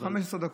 15 דקות,